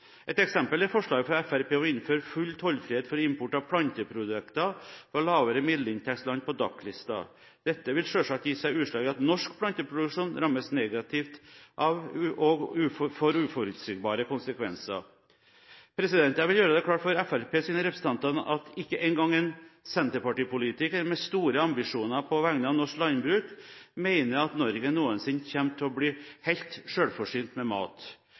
Et eksempel er forslaget fra Fremskrittspartiet om å innføre tollfrihet for import av planteprodukter fra lavere middelinntektsland på DAC-listen. Dette vil selvsagt gi seg utslag i at norsk planteproduksjon rammes negativt og får forutsigbare konsekvenser. Jeg vil gjør det klart for Fremskrittspartiets representanter at ikke engang en senterpartipolitiker med store ambisjoner på vegne av norsk landbruk mener at Norge noensinne kommer til å bli helt selvforsynt med mat.